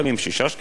6 שקלים,